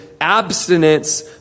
abstinence